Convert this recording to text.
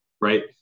Right